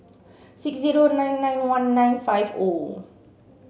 six zero nine nine one nine five O